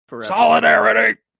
Solidarity